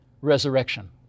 resurrection